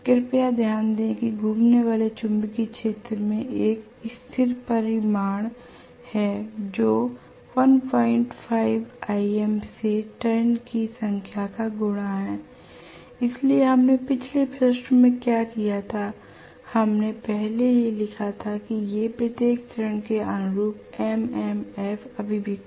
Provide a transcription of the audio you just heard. कृपया ध्यान दें कि घूमने वाले चुंबकीय क्षेत्र में एक स्थिर परिमाण है जो 15Im से टर्न की संख्या का गुणा है l इसलिए हमने पिछले पृष्ठ में क्या किया था हमने पहले ही लिखा था कि ये प्रत्येक चरण के अनुरूप MMF अभिव्यक्तियाँ हैं